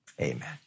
amen